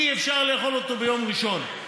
אי-אפשר לאכול ביום ראשון.